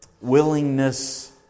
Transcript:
willingness